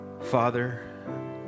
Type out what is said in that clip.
Father